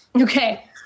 Okay